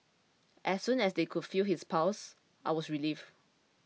as soon as they could feel his pulse I was relieved